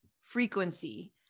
frequency